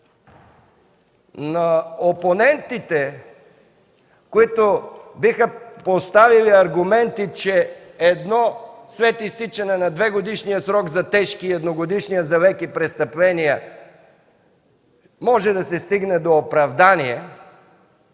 На опонентите, които биха поставили аргументи, че след изтичане на 2-годишния срок за тежки и едногодишния за леки престъпления може да се стигне до оправдание,